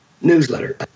newsletter